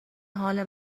حال